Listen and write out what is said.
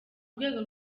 rwego